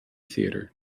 theatre